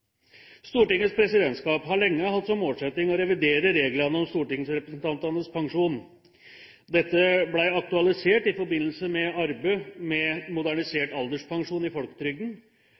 Stortingets presidentskap har lenge hatt som målsetting å revidere reglene om stortingsrepresentantenes pensjon. Dette ble aktualisert i forbindelse med arbeidet med modernisert alderspensjon i folketrygden.